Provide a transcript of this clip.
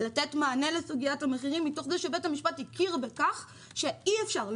לתת מענה לסוגיית המחירים מתוך זה שבית המשפט הכיר בכך שאי אפשר,